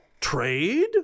trade